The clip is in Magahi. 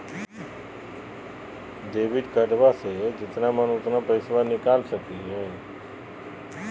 डेबिट कार्डबा से जितना मन उतना पेसबा निकाल सकी हय?